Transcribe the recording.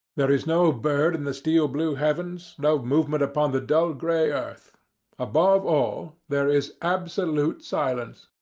there is no bird in the steel-blue heaven, no movement upon the dull, grey earth above all, there is absolute silence.